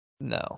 No